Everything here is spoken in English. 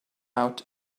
out